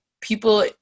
people